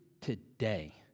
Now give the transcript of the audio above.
today